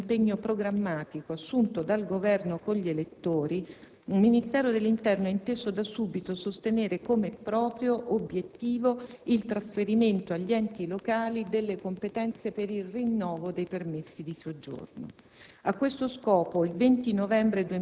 Proprio con questo spirito, e in linea con l'impegno programmatico assunto dal Governo con gli elettori, il Ministero dell'interno ha inteso, da subito, sostenere come proprio obiettivo il trasferimento agli enti locali delle competenze per il rinnovo dei permessi di soggiorno.